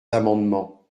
amendements